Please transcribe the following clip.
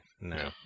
no